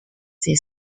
they